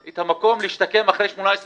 את המקום להשתקם אחרי 18 שנים.